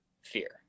fear